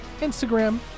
Instagram